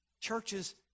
Churches